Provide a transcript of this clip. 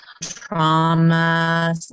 trauma